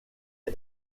est